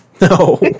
No